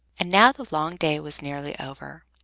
and now the long day was nearly over.